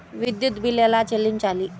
విద్యుత్ బిల్ ఎలా చెల్లించాలి?